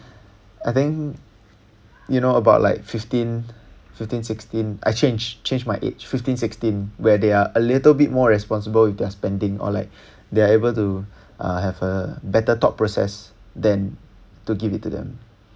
I think you know about like fifteen fifteen sixteen I change changed my age fifteen sixteen where they are a little bit more responsible with their spending or like they are able to uh have a better thought process then to give it to them